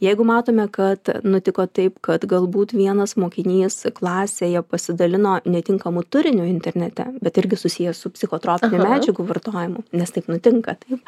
jeigu matome kad nutiko taip kad galbūt vienas mokinys klasėje pasidalino netinkamu turiniu internete bet irgi susijęs su psichotropinių medžiagų vartojimu nes taip nutinka taip